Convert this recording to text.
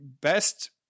best